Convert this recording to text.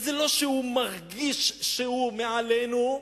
וזה לא שהוא מרגיש שהוא מעלינו,